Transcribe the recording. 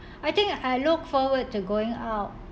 I think I look forward to going out